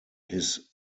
his